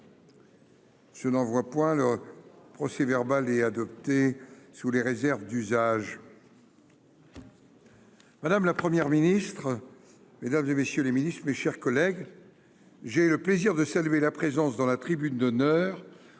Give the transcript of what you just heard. Je n'en vois point le procès verbal est adopté sous les réserves d'usage. Madame la Première ministre, mesdames et messieurs les ministres, mes chers collègues, j'ai le plaisir de saluer la présence dans la tribune d'honneur